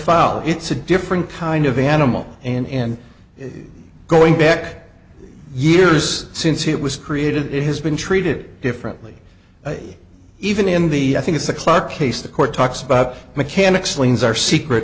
fowl it's a different kind of animal and going back years since it was created it has been treated differently even in the i think it's a clear case the court talks about mechanics liens are secret